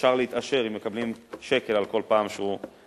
אפשר להתעשר אם מקבלים שקל על כל פעם שהוא נדנד,